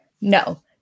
No